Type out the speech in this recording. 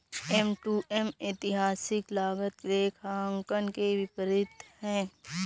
M to M ऐतिहासिक लागत लेखांकन के विपरीत है